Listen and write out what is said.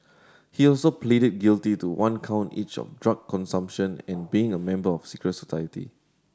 he also pleaded guilty to one count each of drug consumption and being a member of secret society